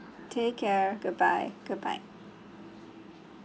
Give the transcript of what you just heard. take care goodbye goodbye